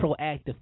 proactive